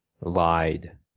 lied